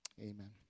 amen